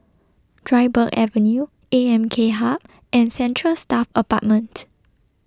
Dryburgh Avenue A M K Hub and Central Staff Apartment